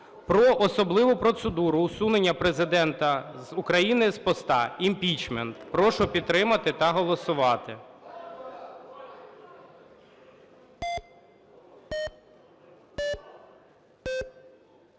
про особливу процедуру усунення Президента України з поста (імпічмент). Прошу підтримати та голосувати.